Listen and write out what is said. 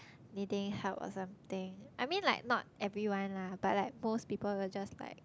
needing help or something I mean like not everyone lah but like most people will just like